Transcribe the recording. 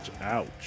Ouch